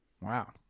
Wow